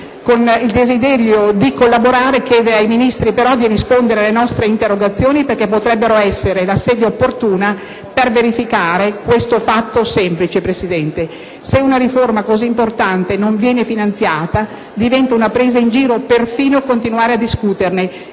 con il desiderio di collaborare, possiamo chiedere ai Ministri di rispondere alle nostre interrogazioni, perché potrebbero essere la sede opportuna per verificare questo fatto semplice: se una riforma così importante non viene finanziata, diventa una presa in giro perfino continuare a discuterne.